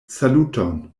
saluton